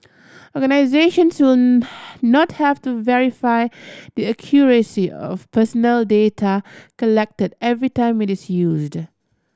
organisations will not have to verify the accuracy of personal data collected every time it is used